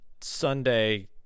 Sunday